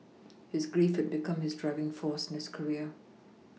his grief had become his driving force in his career